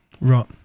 Right